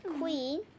Queen